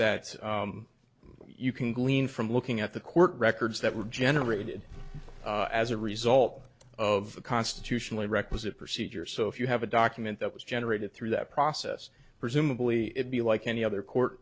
that you can glean from looking at the court records that were generated as a result of a constitutionally requisite procedure so if you have a document that was generated through that process presumably it be like any other court